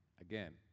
again